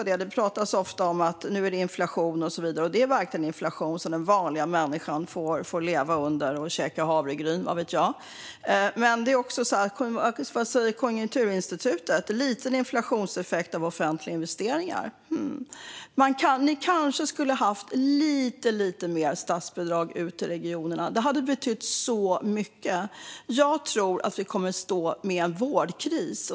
Det pratas ofta om att det nu är inflation, och det är verkligen en inflation som den vanliga människan får leva under - käka havregryn, vad vet jag. Men vad säger Konjunkturinstitutet? "Liten inflationseffekt av offentliga investeringar" - hm. Ni kanske skulle ha haft lite mer statsbidrag ut till regionerna. Det hade betytt mycket. Jag tror att vi kommer att stå med en vårdkris.